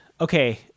okay